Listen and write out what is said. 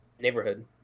neighborhood